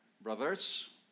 Brothers